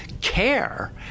care